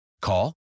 Call